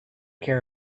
care